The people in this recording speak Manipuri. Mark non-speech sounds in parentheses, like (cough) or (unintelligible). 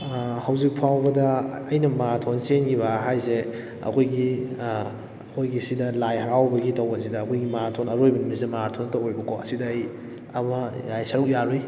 ꯍꯧꯖꯤꯛ ꯐꯥꯎꯕꯗ ꯑꯩꯅ ꯃꯥꯔꯥꯊꯣꯟ ꯆꯦꯟꯈꯤꯕ ꯍꯥꯏꯁꯦ ꯑꯩꯈꯣꯏꯒꯤ ꯑꯩꯈꯣꯏꯒꯤꯁꯤꯗ ꯂꯥꯏ ꯍꯥꯔꯥꯎꯕꯒꯤ ꯇꯧꯕꯁꯤꯗ ꯑꯩꯈꯣꯏꯒꯤ ꯃꯥꯔꯥꯊꯣꯟ ꯑꯔꯣꯏꯕ ꯅꯨꯃꯤꯠꯁꯤꯗ ꯃꯥꯔꯥꯊꯣꯟ ꯇꯧꯏꯕꯀꯣ ꯑꯁꯤꯗ ꯑꯩ ꯑꯃ (unintelligible) ꯁꯔꯨꯛ ꯌꯥꯔꯨꯏ